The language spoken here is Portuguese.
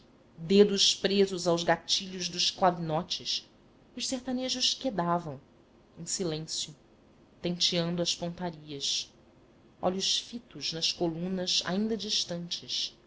dedos presos aos gatilhos dos clavinotes os sertanejos quedavam em silêncio tenteando as pontarias olhos fitos nas colunas ainda distantes